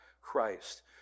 Christ